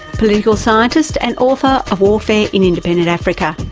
political scientist and author of warfare in independent africa,